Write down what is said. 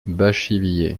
bachivillers